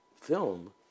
film